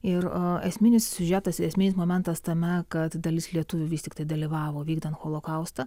ir esminis siužetas esminis momentas tame kad dalis lietuvių vis tiktai dalyvavo vykdant holokaustą